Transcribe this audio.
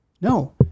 no